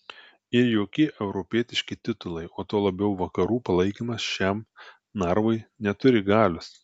ir jokie europietiški titulai o tuo labiau vakarų palaikymas šiam narvui neturi galios